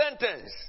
sentence